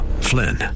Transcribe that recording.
Flynn